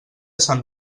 sant